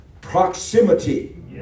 Proximity